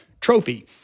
trophy—